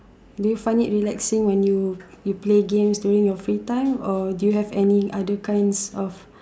do you find it relaxing when you you play games during your free time or do you have any other kinds of